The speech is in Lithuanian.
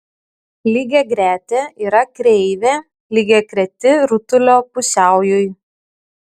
lygiagretė yra kreivė lygiagreti rutulio pusiaujui